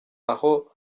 aho